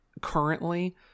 currently